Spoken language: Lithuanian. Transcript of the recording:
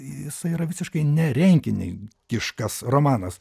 jisai yra visiškai renkiniaikiškas romanas